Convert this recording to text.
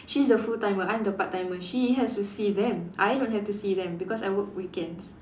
she's the full timer I'm the part timer she has to see them I don't have to see them because I work weekends